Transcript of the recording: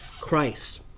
christ